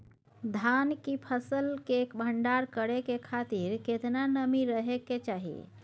धान की फसल के भंडार करै के खातिर केतना नमी रहै के चाही?